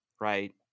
right